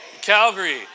Calgary